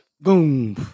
Boom